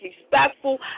respectful